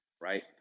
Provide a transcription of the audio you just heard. right